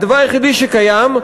הדבר היחידי שקיים,